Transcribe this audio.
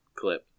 clip